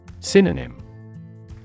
Synonym